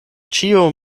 ĉiu